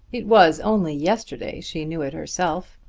it was only yesterday she knew it herself.